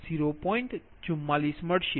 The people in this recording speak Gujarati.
44 મળશે